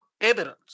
evidence